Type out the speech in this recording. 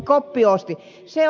kop osti